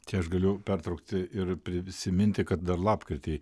tai aš galiu pertraukti ir prisiminti kad dar lapkritį